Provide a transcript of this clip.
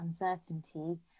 uncertainty